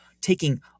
taking